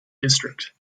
district